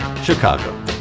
Chicago